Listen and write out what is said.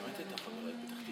תודה רבה.